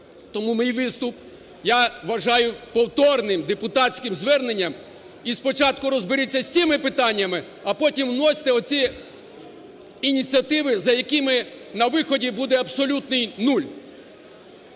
Тому мій виступ я вважаю повторним депутатським зверненням. І спочатку розберіться з цими питаннями, а потім вносьте оці ініціативи, за якими на виході буде абсолютний нуль.